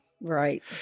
Right